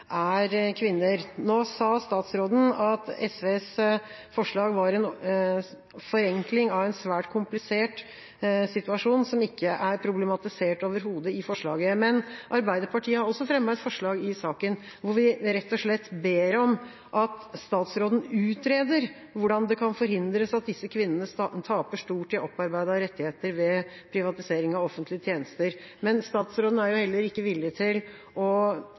kvinner. Nå sa statsråden at SVs forslag var en forenkling av en svært komplisert situasjon som overhodet ikke er problematisert i forslaget. Arbeiderpartiet har også fremmet et forslag i saken, hvor vi rett og slett ber om at statsråden utreder hvordan det kan forhindres at disse kvinnene taper stort i opparbeidede rettigheter ved privatisering av offentlige tjenester. Men statsråden er heller ikke villig til å